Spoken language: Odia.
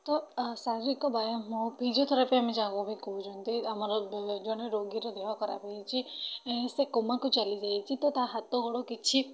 ତ ଶାରୀରିକ ବ୍ୟାୟାମ ହେଉ ଫିଜିଓଥେରାପି ଆମେ ଯାହାକୁ ବି କହୁଛନ୍ତି ଆମର ଜଣେ ରୋଗୀର ଦେହ ଖରାପ ହୋଇଛି ସେ କୋମାକୁ ଚାଲିଯାଇଛି ତ ତା ହାତ ଗୋଡ଼ କିଛି